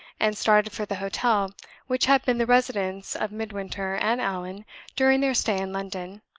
and started for the hotel which had been the residence of midwinter and allan during their stay in london.